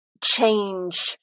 change